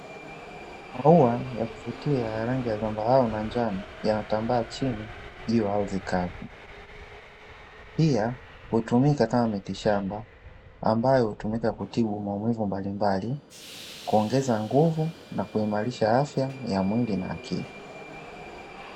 Maua ya kuvutia ya rangi ya dhambarau na njano yanatambaa chini, juu au vikapu, pia hutumika kama mitishamba ambayo hutumika kutibu maumivu mbalimbali, kuongeza nguvu na kuimarisha afya ya mwili na akili